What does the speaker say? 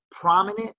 prominent